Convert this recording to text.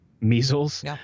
measles